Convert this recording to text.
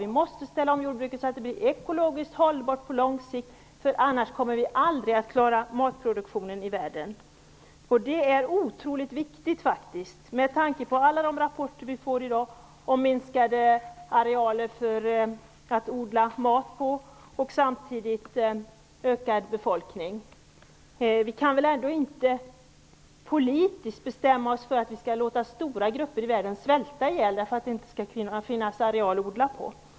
Vi måste ställa om jordbruket så att det blir ekologiskt hållbart på lång sikt. Annars kommer vi aldrig att klara världens matproduktion. Detta är otroligt viktigt med tanke på alla de rapporter vi får i dag om minskade arealer att odla mat på samtidigt som befolkning ökar. Vi kan väl ändå inte politiskt bestämma oss för att vi skall låta stora grupper i världen svälta ihjäl på grund av att det inte finns areal att odla på?